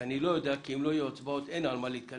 שאני לא יודע מה הוא כי אם לא תהיינה הצבעות אין על מה להתכנס.